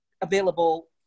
available